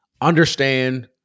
understand